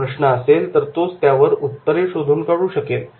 जर प्रश्न असेल तर तोच त्यावर उत्तरे शोधून काढू शकेल